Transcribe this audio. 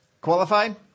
qualified